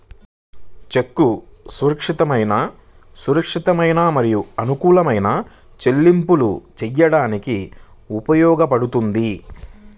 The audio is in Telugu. చెక్కు సురక్షితమైన, సురక్షితమైన మరియు అనుకూలమైన చెల్లింపులు చేయడానికి ఉపయోగించబడుతుంది